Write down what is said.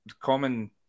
common